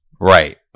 right